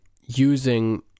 using